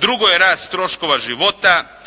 drugo je rast troškova života